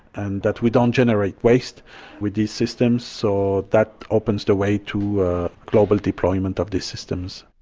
and that we don't generate waste with these systems, so that opens the way to global deployment of these systems.